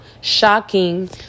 Shocking